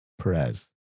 Perez